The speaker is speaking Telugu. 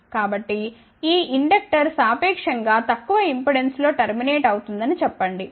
కాబట్టి ఈ ఇండక్టర్ సాపేక్షం గా తక్కువ ఇంపెడెన్స్లో టర్మినేట్ అవుతుందని చెప్పండి